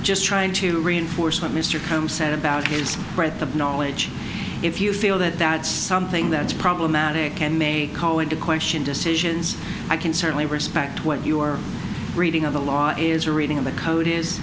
just trying to reinforce what mr come said about his breadth of knowledge if you feel that that's something that's problematic and may call into question decisions i can certainly respect what your reading of the law is your reading of the code is